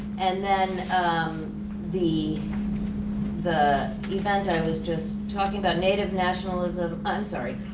and then the the event i was just talking about, native nationalism, i'm sorry,